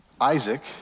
Isaac